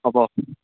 হ'ব